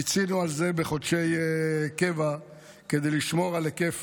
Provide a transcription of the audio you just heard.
פיצינו על זה בחודשי קבע כדי לשמור על היקף